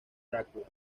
drácula